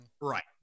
Right